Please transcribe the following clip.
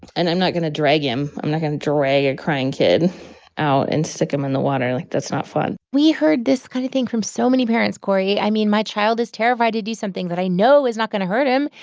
and i'm not going to drag him. i'm not going to drag a crying kid out and stick him in the water. like, that's not fun we heard this kind of thing from so many parents, cory i mean, my child is terrified to do something that i know is not going to hurt him,